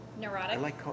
neurotic